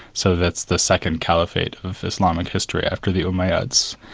so that's the second caliphate of islamic history after the umayyads.